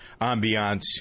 ambiance